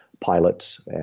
pilots